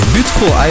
Beautiful